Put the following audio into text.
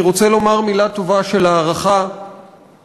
אני רוצה לומר מילה טובה של הערכה לפעילים